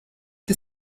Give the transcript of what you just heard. the